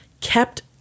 kept